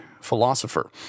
philosopher